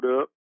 up